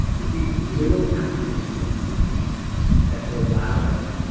it's these little acts of resistance that have allowed us